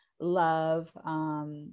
love